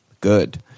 good